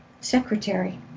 secretary